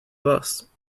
bus